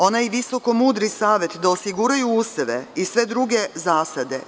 Onaj visokomudri savet da osiguraju useve i sve druge zasade?